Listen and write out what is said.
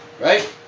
right